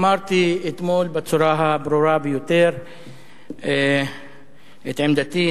אמרתי אתמול בצורה הברורה ביותר את עמדתי,